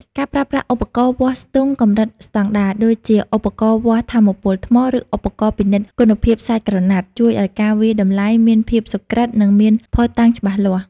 ការប្រើប្រាស់ឧបករណ៍វាស់ស្ទង់កម្រិតស្តង់ដារ ដូចជាឧបករណ៍វាស់ថាមពលថ្ម ឬឧបករណ៍ពិនិត្យគុណភាពសាច់ក្រណាត់ ជួយឱ្យការវាយតម្លៃមានភាពសុក្រឹត និងមានភស្តុតាងច្បាស់លាស់។